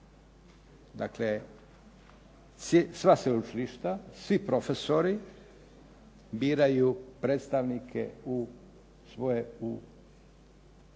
Dakle sva sveučilišta, svi profesori biraju predstavnike u sudbeno